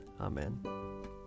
Amen